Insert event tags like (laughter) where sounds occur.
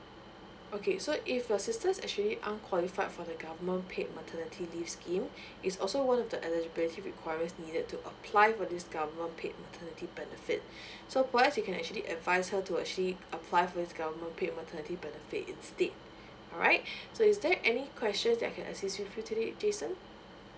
okay so if your sister actually unqualified for the government paid maternity leave scheme (breath) is also one of the eligibility requirements needed to apply for this government paid maternity benefit (breath) so perhaps you can actually advise her to actually apply for this government paid maternity benefit instead alright (breath) so is there any questions that I can assist you with today jason